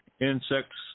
Insects